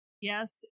Yes